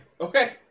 okay